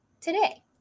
today